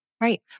Right